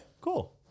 Cool